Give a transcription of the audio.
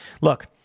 Look